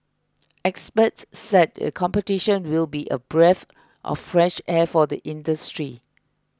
experts said the competition will be a breath of fresh air for the industry